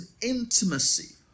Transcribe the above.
intimacy